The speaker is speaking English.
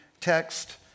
text